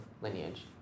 lineage